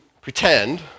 pretend